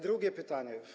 Drugie pytanie.